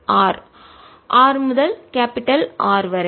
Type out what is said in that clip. r முதல் capital பெரிய R வரை